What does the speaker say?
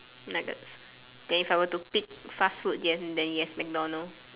nuggets then if I were to pick fast food yes then yes MacDonald's